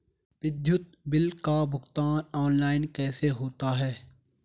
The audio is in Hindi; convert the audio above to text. विद्युत बिल का भुगतान ऑनलाइन कैसे होता है?